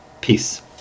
peace